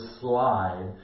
slide